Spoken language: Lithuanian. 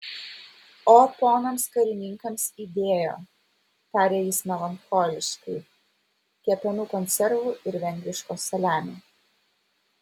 o ponams karininkams įdėjo tarė jis melancholiškai kepenų konservų ir vengriško saliamio